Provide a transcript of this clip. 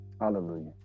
Hallelujah